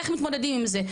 איך מתמודדים עם זה?